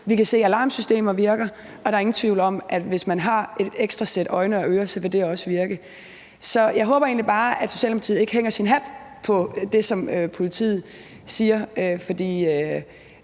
Vi kan se, at alarmsystemer virker. Og der er ingen tvivl om, at hvis man har et ekstra sæt øjne og ører, vil det også virke. Så jeg håber egentlig bare, at Socialdemokratiet ikke hænger sin hat på det, som politiet siger, for